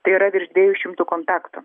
tai yra virš dviejų šimtų kontaktų